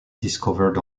discovered